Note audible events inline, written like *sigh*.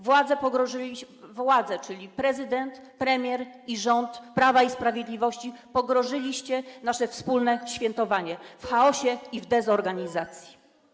Władze, czyli prezydent, premier i rząd Prawa i Sprawiedliwości, pogrążyliście *noise* nasze wspólne świętowanie w chaosie i dezorganizacji.